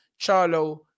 Charlo